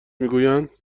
میگویند